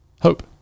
hope